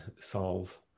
solve